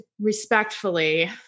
respectfully